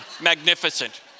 Magnificent